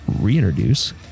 reintroduce